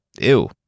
Ew